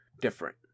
different